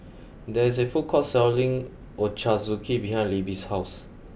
there is a food court selling Ochazuke behind Libbie's house